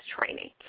training